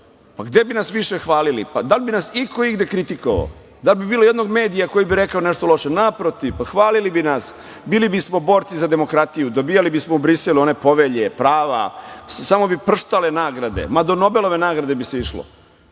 Gde bi nas više hvalili, da li bi nas iko igde kritikovao, da li bi bilo ijednog medija koji bi rekao nešto loše? Naprotiv, hvalili bi nas, bili bismo borci za demokratiju, dobijali bismo u Briselu one povelje, prava, samo bi prštale nagrade, ma do Nobelove nagrade bi se išlo.